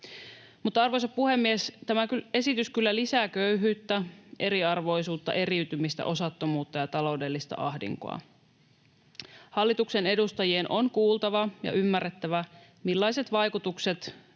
Arvoisa puhemies! Tämä esitys kyllä lisää köyhyyttä, eriarvoisuutta, eriytymistä, osattomuutta ja taloudellista ahdinkoa. Hallituksen edustajien on kuultava ja ymmärrettävä, millaiset vaikutukset